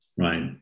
right